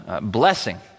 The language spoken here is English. blessing